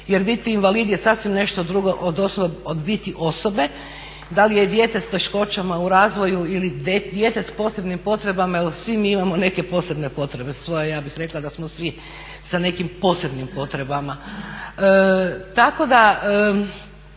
jer biti invalid je sasvim nešto drugo od biti osobe. Da li je dijete s teškoćama u razvoju ili dijete s posebnim potrebama jer svi mi imamo neke posebne potrebe svoje. Ja bih rekla da smo svi sa nekim posebnim potrebama.